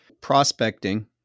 Prospecting